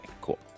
cool